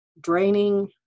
draining